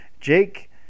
Jake